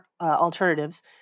alternatives